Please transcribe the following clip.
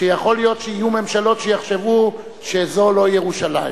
שיכול להיות שיהיו ממשלות שיחשבו שזאת לא ירושלים.